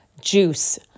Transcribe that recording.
juice